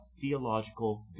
theological